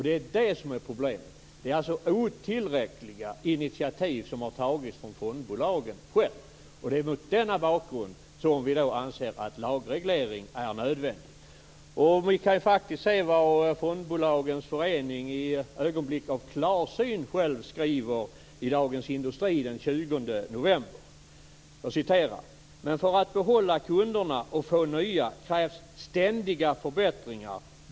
Det är det som är problemet. Det är alltså otillräckliga initiativ som har tagits från fondbolagen själva. Det är mot denna bakgrund som vi anser att lagreglering är nödvändig. Vi kan se vad Fondbolagens Förening i ögonblick av klarsyn själv skriver i Dagens Industri den 20 november: "Men för att behålla kunderna och få nya krävs ständiga förbättringar.